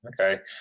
Okay